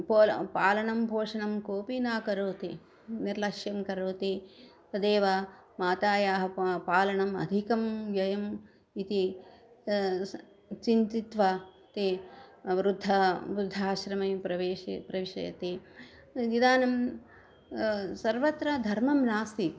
पोल पालनं पोषणं कोऽपि न करोति निर्लक्ष्यं करोति तदेव मातायाः प पालनम् अधिकं व्ययः इति स चिन्तित्वा ते वृद्धः वृद्धाश्रमे प्रवेशे प्रविशति निदानं सर्वत्र धर्मः नास्ति